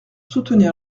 soutenir